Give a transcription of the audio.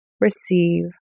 receive